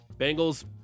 Bengals